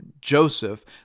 Joseph